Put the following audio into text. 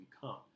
become